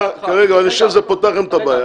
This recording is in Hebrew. אני חושב שזה פותר לכם את הבעיה.